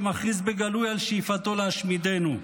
שמכריז בגלוי על שאיפתו להשמידנו.